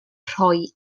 rhoi